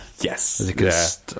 yes